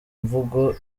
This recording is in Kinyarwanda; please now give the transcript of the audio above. mvugo